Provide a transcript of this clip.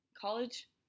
College